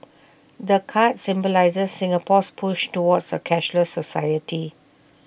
the card symbolises Singapore's push towards A cashless society